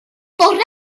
bore